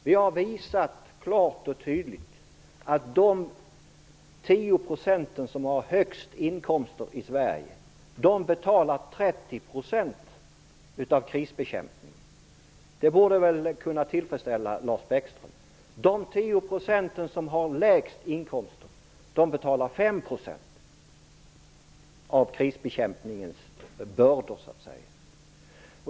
Vi har visat klart och tydligt att de 10 % som har de högsta inkomsterna i Sverige betalar 30 % av krisbekämpningen. Det borde väl kunna tillfredsställa Lars Bäckström. De 10 % av befolkningen som har de lägsta inkomsterna betalar 5 % av krisbekämpningens bördor.